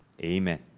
Amen